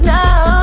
Now